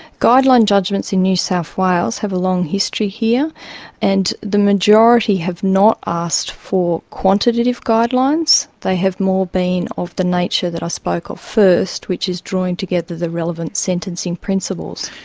guideline judgements in new south wales have a long history here and the majority have not asked for quantitative guidelines, they have more been of the nature that i spoke of first, which is drawing together the relevant sentencing principles.